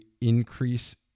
increase